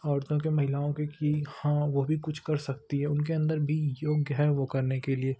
औरतों के महिलाओं के कि हाँ वह भी कुछ कर सकती है उनके अंदर भी योग्य है वो करने के लिए